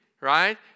right